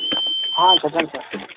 చెప్పండి సార్